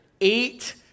eight